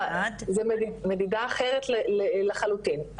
זו מדידה אחרת לחלוטין.